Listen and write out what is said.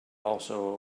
also